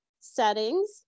settings